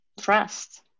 Trust